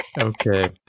Okay